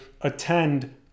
attend